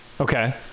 Okay